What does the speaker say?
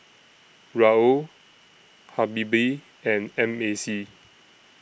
Raoul Habibie and M A C